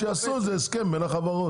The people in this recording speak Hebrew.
אז שיעשו איזה הסכם בין החברות.